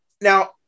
now